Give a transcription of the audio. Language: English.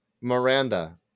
Miranda